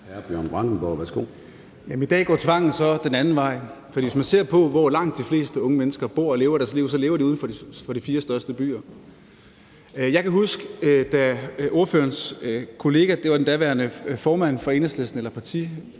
Bjørn Brandenborg (S): I dag går tvangen så den anden vej. For hvis man ser på, hvor langt de fleste unge mennesker bor og lever deres liv, lever de uden for de fire største byer. Jeg kan huske, da ordførerens kollega, det var den daværende formand for Enhedslisten eller politisk